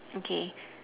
okay